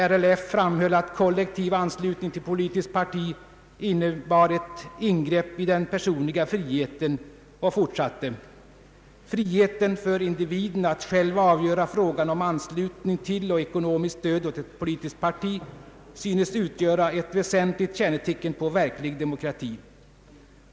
RLF frambhöll att kollektiv anslutning till politiskt parti innebar ett ingrepp i den personliga friheten och fortsatte: ”Friheten för individen att själv avgöra frågan om anslutning till och ekonomiskt stöd åt ett politiskt parti synes utgöra ett väsentligt kännetecken på verklig demokrati.